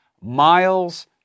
Miles